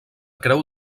creu